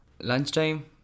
Lunchtime